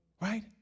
Right